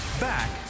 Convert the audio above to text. Back